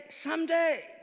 someday